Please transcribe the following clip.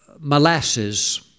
molasses